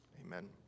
Amen